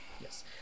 yes